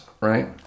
right